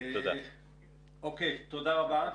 תודה רבה.